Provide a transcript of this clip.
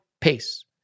pace